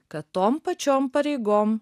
kad tom pačiom pareigom